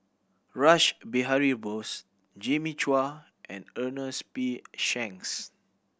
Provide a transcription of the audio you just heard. Rash Behari Bose Jimmy Chua and Ernest P Shanks